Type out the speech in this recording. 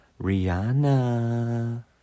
Rihanna